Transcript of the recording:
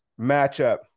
matchup